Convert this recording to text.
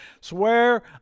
swear